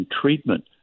treatment